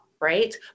right